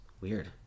Weird